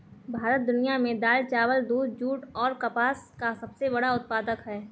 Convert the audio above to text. भारत दुनिया में दाल, चावल, दूध, जूट और कपास का सबसे बड़ा उत्पादक है